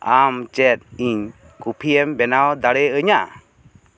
ᱟᱢ ᱪᱮᱫ ᱤᱧ ᱠᱩᱯᱷᱤᱭᱮᱢ ᱵᱮᱱᱟᱣ ᱫᱟᱲᱮ ᱟᱹᱧᱟ